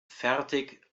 fertig